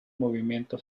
movimiento